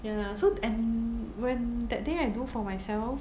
ya so and when that day I do for myself